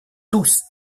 tous